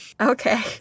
Okay